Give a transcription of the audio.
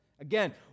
again